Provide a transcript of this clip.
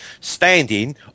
standing